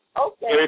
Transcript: Okay